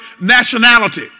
nationality